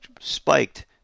spiked